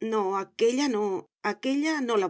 no aquélla no aquélla no la